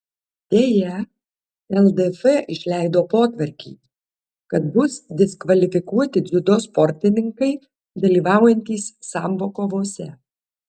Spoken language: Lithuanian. deja ldf išleido potvarkį kad bus diskvalifikuoti dziudo sportininkai dalyvaujantys sambo kovose